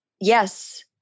Yes